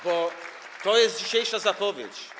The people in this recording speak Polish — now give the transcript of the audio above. Bo to jest dzisiejsza zapowiedź.